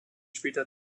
später